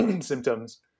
symptoms